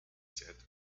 said